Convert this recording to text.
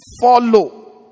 Follow